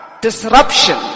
disruption